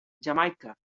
jamaica